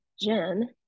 Jen